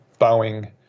Boeing